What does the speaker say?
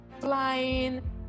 flying